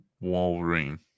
Wolverine